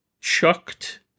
chucked